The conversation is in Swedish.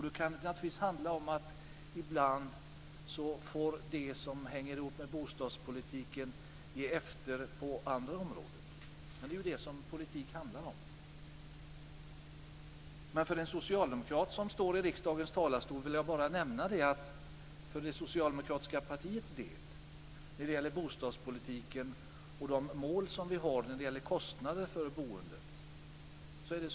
Det kan handla om att det som hänger ihop med bostadspolitiken ibland får ge efter. Det är det som politik handlar om. För det socialdemokratiska partiets del vill jag nämna något om bostadspolitiken och de mål som vi har för kostnaderna för boendet.